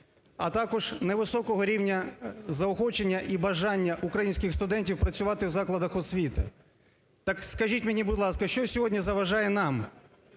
а також невисокого рівня заохочення і бажання українських студентів працювати в закладах освіти. Так скажіть мені, будь ласка, що сьогодні заважає нам